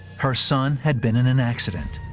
her son had been in an accident.